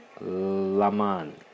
Laman